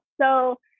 So-